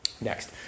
next